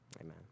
Amen